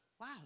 Wow